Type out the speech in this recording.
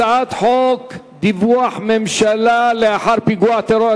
הצעת חוק דיווח ממשלה לאחר פיגוע טרור,